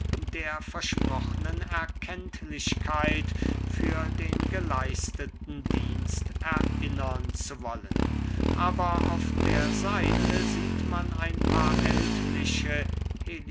der versprochnen erkenntlichkeit für den geleisteten dienst erinnern zu wollen aber auf der seite sieht man ein paar ältliche